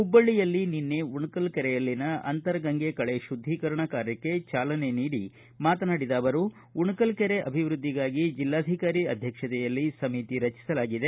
ಹುಬ್ಲಳ್ಳಿಯಲ್ಲಿ ನಿನ್ನೆ ಉಣಕಲ್ ಕೆರೆಯಲ್ಲಿನ ಅಂತರಗಂಗೆಕಳೆ ಶುದ್ದೀಕರಣ ಕಾರ್ಯಕ್ಷೆ ಚಾಲನೆ ನೀಡಿ ಮಾತನಾಡಿದ ಅವರು ಉಣಕಲ್ ಕೆರೆ ಅಭಿವೃದ್ದಿಗಾಗಿ ಜಿಲ್ಲಾಧಿಕಾರಿ ಅಧ್ಯಕ್ಷತೆಯಲ್ಲಿ ಸಮತಿ ರಚಿಸಲಾಗಿದೆ